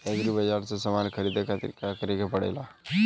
Agri बाज़ार से समान ख़रीदे खातिर का करे के पड़ेला?